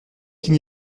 qu’il